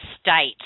state